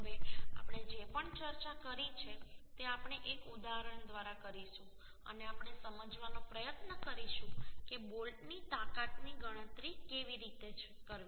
હવે આપણે જે પણ ચર્ચા કરી છે તે આપણે એક ઉદાહરણ દ્વારા કરીશું અને આપણે સમજવાનો પ્રયત્ન કરીશું કે બોલ્ટની તાકાતની ગણતરી કેવી રીતે કરવી